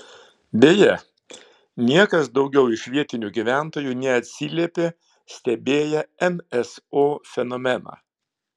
beje niekas daugiau iš vietinių gyventojų neatsiliepė stebėję nso fenomeną